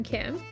Kim